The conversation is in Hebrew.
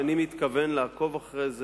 אני מתכוון לעקוב אחרי זה.